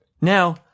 Now